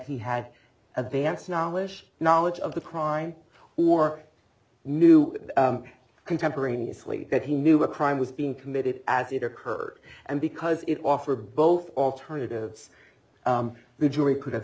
he had advance knowledge knowledge of the crime or knew contemporaneously that he knew a crime was being committed as it occurred and because it offer both alternatives the jury could have